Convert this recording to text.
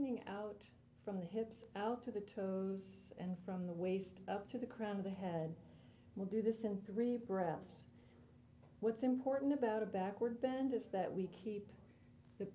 ening out from the hips out to the toes and from the waist up to the crown of the head will do this in three breaths what's important about a backward bend is that we keep the